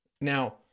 Now